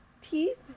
Teeth